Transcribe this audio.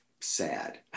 sad